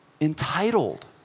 entitled